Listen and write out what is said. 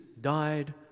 died